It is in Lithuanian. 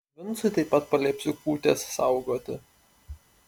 vincui taip pat paliepsiu kūtės saugoti